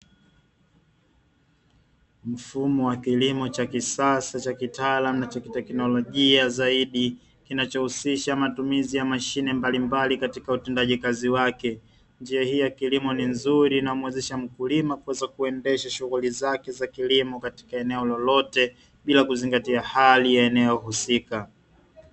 Mfumo wa kilimo cha kisasa cha kitaalamu na chakitekenolojia zaidi, kinachohusisha matumizi ya mashine mbalimbali katika utendaji kazi wake, njia hii ya kilimo ni nzuri na umuwezesha mkulima kuweza kuendesha shughuli zake za kilimo katika eneo lolote bila kuzingatia hali ya eneo husika.